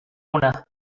una